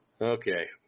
Okay